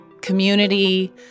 community